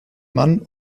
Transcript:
mann